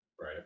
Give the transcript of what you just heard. Right